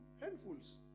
handfuls